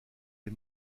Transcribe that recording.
les